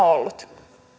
on ollut